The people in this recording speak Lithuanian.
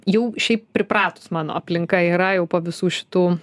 jau šiaip pripratus mano aplinka yra jau po visų šitų